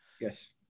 Yes